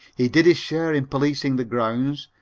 he did his share in policing the grounds,